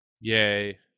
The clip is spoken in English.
yay